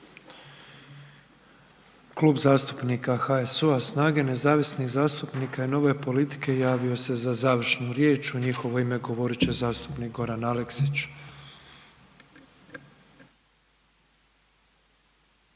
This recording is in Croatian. Klub zastupnika HSU-a, SNAGA-e, nezavisnih zastupnika i Nove politike javio se za završnu riječ. U njihovo ime govorit će zastupnik Goran Aleksić.